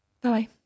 Bye